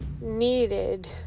needed